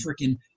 freaking